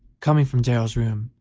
coming from darrell's room,